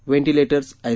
व्हेंटिलेटर्सआय